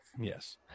Yes